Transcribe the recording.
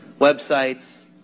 websites